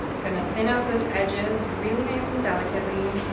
going to thin out those edges. really nice and delicately.